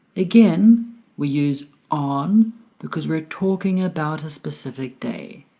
again we use on because we're talking about a specific day.